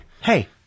Hey